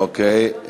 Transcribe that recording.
אוקיי,